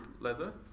leather